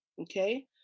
Okay